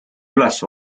üles